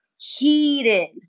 heated